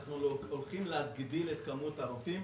אנחנו הולכים להגדיל את כמות הרופאים.